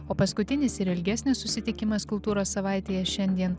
o paskutinis ir ilgesnis susitikimas kultūros savaitėje šiandien